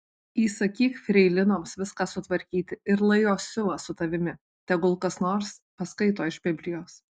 įsakyk freilinoms viską sutvarkyti ir lai jos siuva su tavimi tegul kas nors paskaito iš biblijos